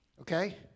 Okay